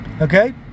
okay